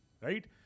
Right